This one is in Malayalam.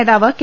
നേതാവ് കെ